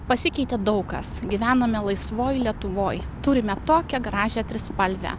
pasikeitė daug kas gyvename laisvoj lietuvoj turime tokią gražią trispalvę